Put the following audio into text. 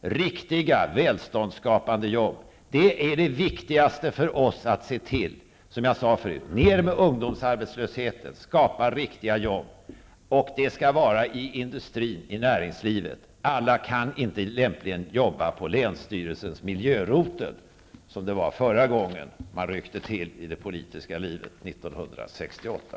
Riktiga välståndsskapande jobb är det viktigaste för oss, som jag förut sade. Ner med ungdomsarbetslösheten, och skapa riktiga jobb! Och det skall vara jobb i industrin och i näringslivet. Alla kan inte lämpligen jobba på länsstyrelsens miljörotel, som det var förra gången man ryckte till i det politiska livet år 1968.